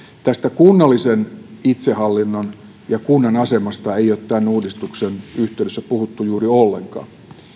tästä kunnallisen itsehallinnon ja kunnan asemasta ei ole tämän uudistuksen yhteydessä puhuttu juuri ollenkaan